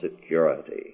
security